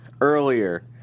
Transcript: earlier